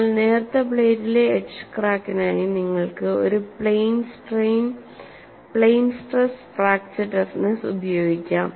എന്നാൽ നേർത്ത പ്ലേറ്റിലെ എഡ്ജ് ക്രാക്കിനായി നിങ്ങൾക്ക് ഒരു പ്ലെയിൻ സ്ട്രെസ് ഫ്രാക്ചർ ടഫ്നെസ്സ് ഉപയോഗിക്കാം